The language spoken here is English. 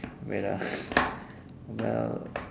wait ah well